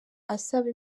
asaba